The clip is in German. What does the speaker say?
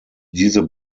diese